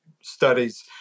studies